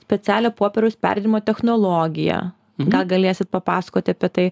specialią popieriaus perdirbimo technologiją gal galėsit papasakoti apie tai